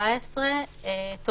אני ממשיכה בקריאה: